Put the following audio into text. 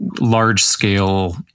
large-scale